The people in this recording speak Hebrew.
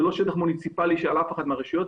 זה לא שטח מוניציפאלי של אף אחת מהרשויות,